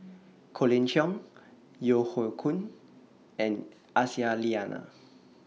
Colin Cheong Yeo Hoe Koon and Aisyah Lyana